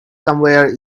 somewhere